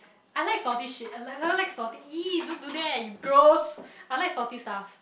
I like salty shit I like never like salty !ee! don't do that you gross I like salty stuff